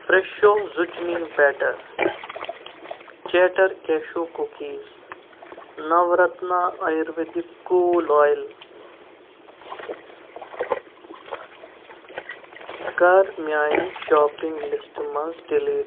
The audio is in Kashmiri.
فرٛیٚشو zucchini butter cheddar cashew cookies Navratna Ayurvedic cool oil کَر میٛانہِ شاپنٛگ لسٹہٕ منٛز ڈلیٖٹ